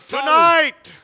Tonight